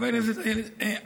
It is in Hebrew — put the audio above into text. חברת הכנסת איילת נחמיאס ורבין,